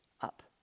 up